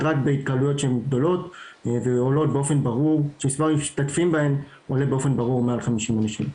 רק בהתקהלויות שמספר המשתתפים בהם עולה באופן ברור מעל 50 אנשים.